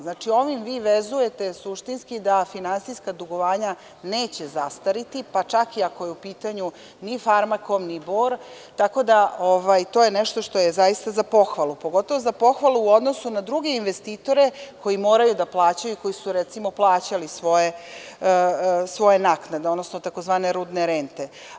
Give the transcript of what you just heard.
Znači, ovim vi vezujete suštinski da finansijska dugovanja neće zastariti, pa čak i ako je u pitanju „Farmakom“ i „Bor“, tako da je to nešto što je za pohvalu, pogotovo je za pohvalu u odnosu na druge investitore koji moraju da plaćaju i koji su recimo plaćali svoje naknade, odnosno tzv. rudne rente.